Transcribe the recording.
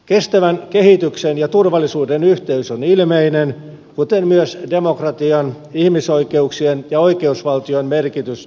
kestävän kehityksen ja turvallisuuden yhteys on ilmeinen kuten myös demokratian ihmisoikeuksien ja oikeusvaltion merkitys niiden perustana